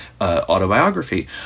autobiography